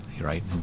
right